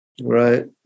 right